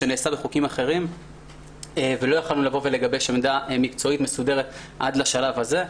זה נעשה בחוקים אחרים ולא יכולנו לגבש עמדה מקצועית מסודרת עד לשלב הזה.